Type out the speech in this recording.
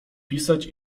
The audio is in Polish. pisać